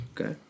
Okay